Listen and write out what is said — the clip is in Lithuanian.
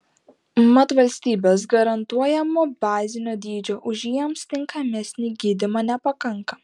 mat valstybės garantuojamo bazinio dydžio už jiems tinkamesnį gydymą nepakanka